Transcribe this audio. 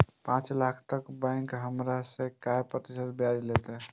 पाँच लाख तक में बैंक हमरा से काय प्रतिशत ब्याज लेते?